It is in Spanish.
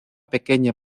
pequeña